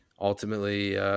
ultimately –